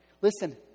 Listen